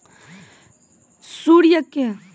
सूर्य जल क सोखी कॅ वाष्प के रूप म ऊपर ले जाय छै